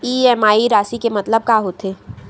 EMI राशि के मतलब का होथे?